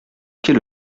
qu’est